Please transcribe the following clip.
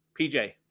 PJ